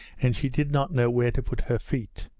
and she did not know where to put her feet,